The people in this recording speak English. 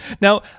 Now